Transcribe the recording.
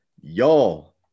y'all